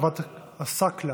עסאקלה.